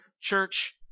Church